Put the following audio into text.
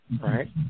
right